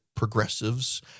progressives